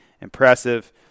impressive